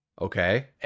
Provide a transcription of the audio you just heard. Okay